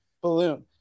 balloon